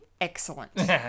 excellent